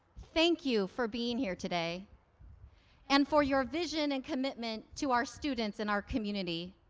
thank you for being here today and for your vision and commitment to our students and our community.